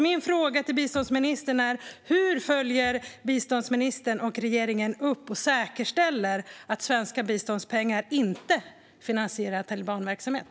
Min fråga till biståndsministern är: Hur följer biståndsministern upp och säkerställer att svenska biståndspengar inte finansierar talibanverksamhet?